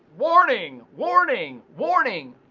warning, warning, warning!